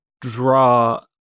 draw